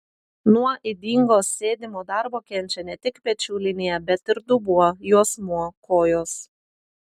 nuo ydingo sėdimo darbo kenčia ne tik pečių linija bet ir dubuo juosmuo kojos